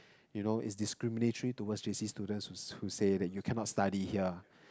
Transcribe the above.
you know it's discriminatory towards J_C students who who say that you cannot study here